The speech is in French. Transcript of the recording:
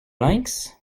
lynx